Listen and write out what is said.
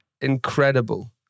incredible